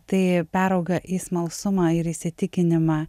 tai perauga į smalsumą ir įsitikinimą